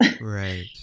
right